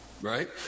right